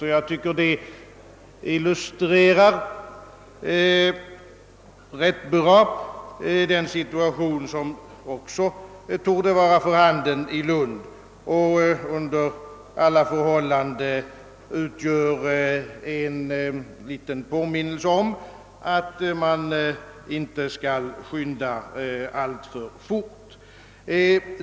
Och jag tycker, att detta rätt bra illustrerar den situation som också torde vara för handen i Lund och under alla förhållanden ger en liten påminnelse om att man inte skall skynda alltför fort.